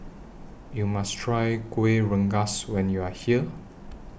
YOU must Try Kueh Rengas when YOU Are here